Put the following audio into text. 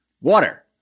water